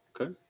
Okay